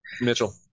Mitchell